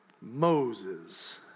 Moses